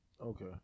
Okay